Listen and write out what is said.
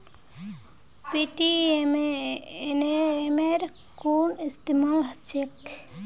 पेटीएमेर कुन इस्तमाल छेक